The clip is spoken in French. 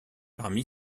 parmi